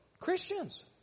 Christians